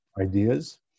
ideas